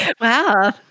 Wow